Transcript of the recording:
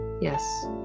Yes